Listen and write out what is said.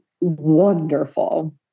wonderful